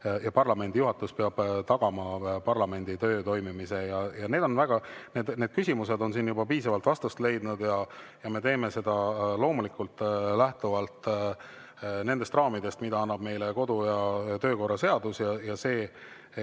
ja parlamendi juhatus peab tagama parlamendi töö toimimise. Need küsimused on siin juba piisavalt vastust leidnud. Me teeme seda loomulikult lähtuvalt nendest raamidest, mida annab meile kodu- ja töökorra seadus, ja meil on